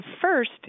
first